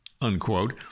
unquote